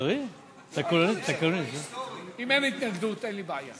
אם אין התנגדות, אין לי בעיה.